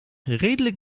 redelijk